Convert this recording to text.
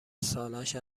سالش